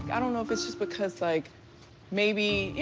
i don't know if it's just because like maybe you